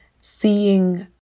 seeing